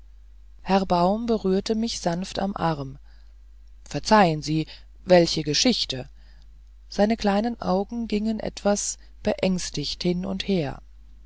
herr baum berührte mich sanft am arm verzeihen sie welche geschichte seine kleinen augen gingen etwas beängstigt hin und her